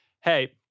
hey